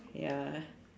ya